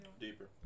Deeper